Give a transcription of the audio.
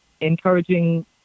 encouraging